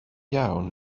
iawn